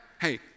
Hey